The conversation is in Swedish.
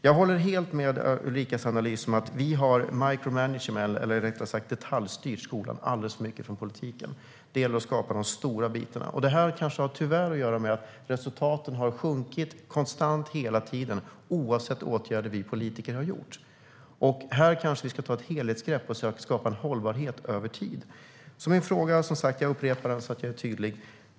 Jag håller helt med om Ulrikas analys om att vi har detaljstyrt - micromanagement - skolan alldeles för mycket från politiken. Det gäller att skapa de stora bitarna. Detta har tyvärr kanske att göra med att resultaten har sjunkit konstant hela tiden, oavsett vilka åtgärder vi politiker har vidtagit. Här kanske vi ska ta ett helhetsgrepp och försöka skapa en hållbarhet över tid. För att vara tydlig upprepar jag mina frågor.